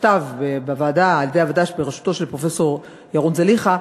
נכתב בוועדה בראשותו של פרופסור ירון זליכה.